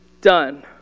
done